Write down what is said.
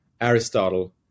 Aristotle